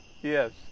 Yes